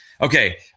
Okay